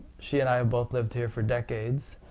she and i have both lived here for decades